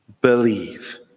believe